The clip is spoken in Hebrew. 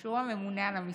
שהוא הממונה על המשרד,